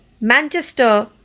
Manchester